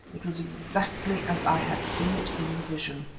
it was exactly as i had seen it in the vision.